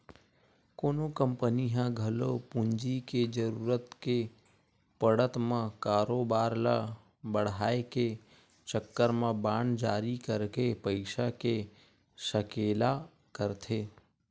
कोनो कंपनी ह घलो पूंजी के जरुरत के पड़त म कारोबार ल बड़हाय के चक्कर म बांड जारी करके पइसा के सकेला करथे